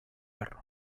perro